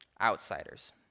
outsiders